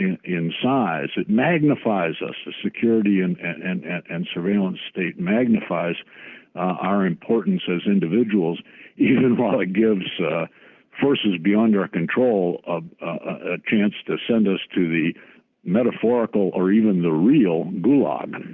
in in size. it magnifies us. the security and and and and surveillance state magnifies our importance as individuals even while it gives forces beyond our control um a chance to send us to the metaphorical, or even the real gulag.